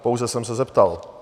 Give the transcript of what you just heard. Pouze jsem se zeptal.